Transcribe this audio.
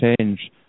change